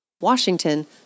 Washington